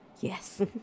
Yes